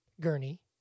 Gurney